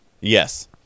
Yes